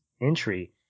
entry